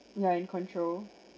you're in control